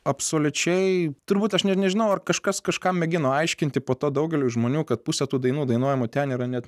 absoliučiai turbūt aš net nežinau ar kažkas kažkam mėgino aiškinti po to daugeliu žmonių kad pusė tų dainų dainuojamų ten yra net